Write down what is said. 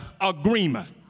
agreement